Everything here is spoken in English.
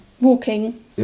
Walking